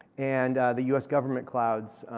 and the u. s. government clouds,